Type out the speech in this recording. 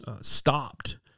stopped